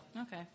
Okay